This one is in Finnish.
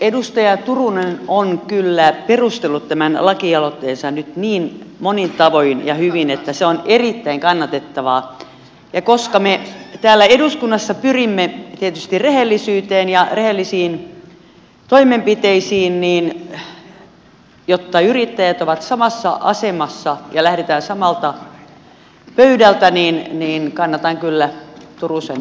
edustaja turunen on kyllä perustellut tämän lakialoitteensa nyt niin monin tavoin ja hyvin että se on erittäin kannatettavaa ja koska me täällä eduskunnassa pyrimme tietysti rehellisyyteen ja rehellisiin toimenpiteisiin niin jotta yrittäjät ovat samassa asemassa ja lähdetään samalta pöydältä kannatan kyllä turusen ehdotusta